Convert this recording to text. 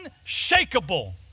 unshakable